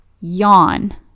yawn